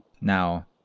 Now